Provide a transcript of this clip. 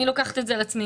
אני לוקחת את זה על עצמי,